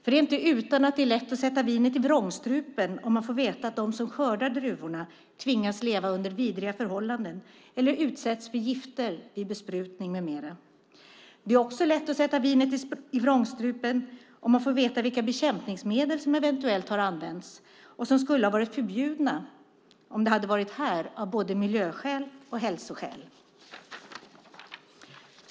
Det är inte utan att det är lätt att sätta vinet i vrångstrupen om man får veta att de som skördar druvorna tvingas leva under vidriga förhållanden eller utsätts för gifter vid besprutning med mera. Det är också lätt att sätta vinet i vrångstrupen när man får veta vilka bekämpningsmedel som eventuellt har använts och som skulle ha varit förbjudna här i Sverige av både miljöskäl och hälsoskäl.